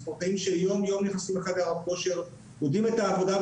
ספורטאים שיום יום נכנסים לחדר הכושר ויודעים את העבודה,